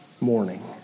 morning